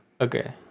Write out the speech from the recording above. Okay